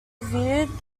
viewed